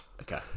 Okay